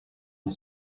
мне